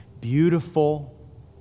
beautiful